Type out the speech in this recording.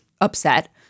upset